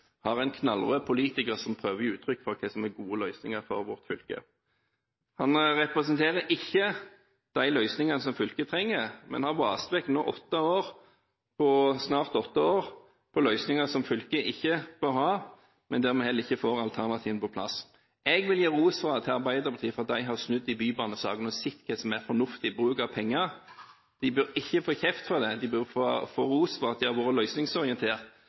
har en knallrød politiker som prøver å gi uttrykk for hva som er gode løsninger for vårt fylke. Han representerer ikke de løsningene som fylket trenger. Han har nå vaset bort snart åtte år på løsninger som fylket ikke bør ha, men der vi heller ikke får alternativene på plass. Jeg vil gi ros til Arbeiderpartiet for at de har snudd i bybanesaken og sett hva som er fornuftig bruk av penger. De bør ikke få kjeft for det, de bør få ros for at de har vært løsningsorientert